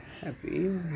happy